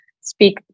speak